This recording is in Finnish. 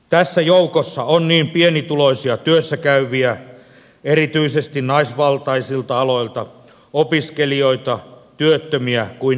tässä joukossa on niin pienituloisia työssä käyviä erityisesti naisvaltaisilta aloilta opiskelijoita työttömiä kuin eläkeläisiäkin